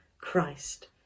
Christ